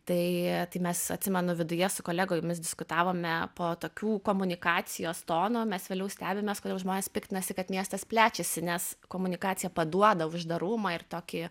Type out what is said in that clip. tai tai mes atsimenu viduje su kolegomis diskutavome po tokių komunikacijos tono mes vėliau stebimės kodėl žmonės piktinasi kad miestas plečiasi nes komunikacija paduoda uždarumą ir tokį